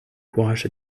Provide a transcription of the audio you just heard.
courage